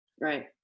right